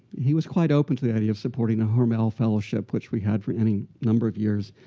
he was quite open to the idea of supporting a hormel fellowship, which we had for any number of years.